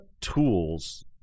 tools